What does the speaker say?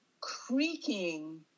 creaking